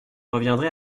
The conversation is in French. reviendrai